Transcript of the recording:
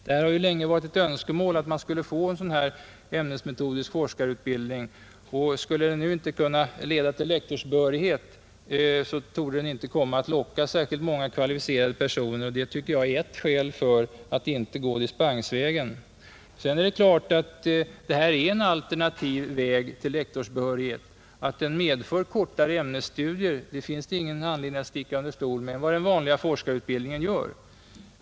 Det har länge varit ett önskemål att man skulle få en sådan här ämnesmetodisk forskarutbildning. Skulle den nu inte kunna leda till lektorsbehörighet, torde den inte komma att locka särskilt många kvalificerade personer, vilket jag tycker är ett skäl för att inte gå dispensvägen. Sedan är det klart att detta är en alternativ väg till lektorsbehörighet. Att den medför kortare ämnesstudier än vad den vanliga forskarut bildningen gör finns det ingen anledning att sticka under stol med.